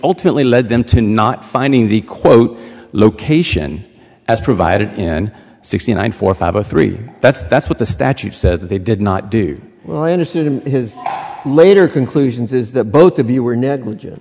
ultimately led them to not finding the quote location as provided in sixty nine four five zero three that's that's what the statute says that they did not do well i understood in his later conclusions is that both of you were negligen